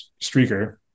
streaker